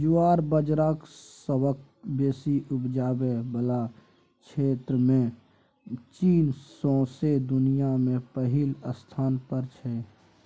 ज्वार बजराक सबसँ बेसी उपजाबै बला क्षेत्रमे चीन सौंसे दुनियाँ मे पहिल स्थान पर छै